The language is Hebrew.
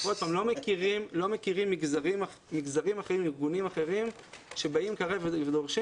אנחנו לא מכירים מגזרים אחרים וארגונים אחרים שבאים ודורשים.